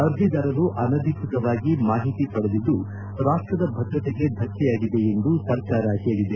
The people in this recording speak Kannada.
ಅರ್ಜಿದಾರರು ಅನಧಿಕೃತವಾಗಿ ಮಾಹಿತಿ ಪಡೆದಿದ್ದು ರಾಷ್ಷದ ಭದ್ರತೆಗೆ ಧಕ್ಷೆಯಾಗಿದೆ ಎಂದು ಸರ್ಕಾರ ಹೇಳಿದೆ